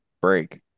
break